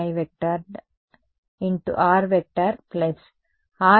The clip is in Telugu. r RE0e jki